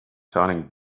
turning